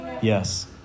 yes